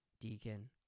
deacon